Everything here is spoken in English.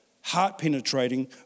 heart-penetrating